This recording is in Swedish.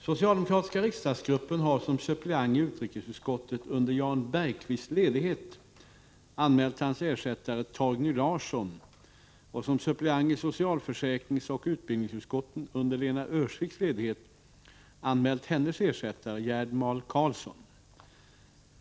Socialdemokratiska riksdagsgruppen har som suppleant i utrikesutskottet under Jan Bergqvists ledighet anmält hans ersättare Torgny Larsson och som suppleant i socialförsäkringsoch utbildningsutskotten under Lena Öhrsviks ledighet anmält hennes ersättare Gerd Mahl Karlsson.